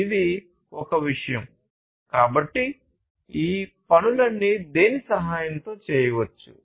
ఇది ఒక విషయం కాబట్టి ఈ పనులన్నీ దేని సహాయంతో చేయవచ్చు